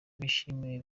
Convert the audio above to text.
bishimiwe